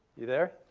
you there?